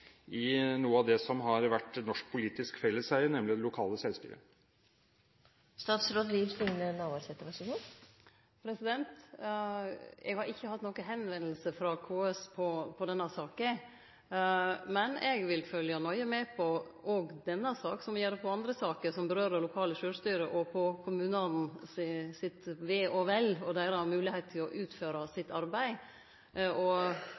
i noe av det som har vært norsk politisk felleseie, nemlig det lokale selvstyret? Eg har ikkje fått nokon førespurnad frå KS om denne saka, men eg vil følgje nøye med på denne saka òg, som eg gjer på andre saker som gjeld det lokale sjølvstyret, og på kommunane sitt ve og vel og deira moglegheiter til å utføre sitt arbeid. Og,